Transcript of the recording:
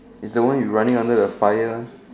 is the one you're running under the fire